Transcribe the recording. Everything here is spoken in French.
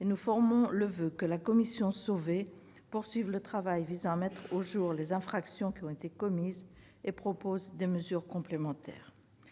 Nous formons le voeu que la commission Sauvé poursuive le travail visant à mettre au jour les infractions qui ont été commises et propose des mesures complémentaires.